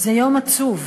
זה יום עצוב.